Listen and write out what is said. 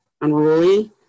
unruly